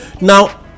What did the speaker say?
now